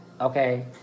Okay